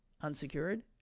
unsecured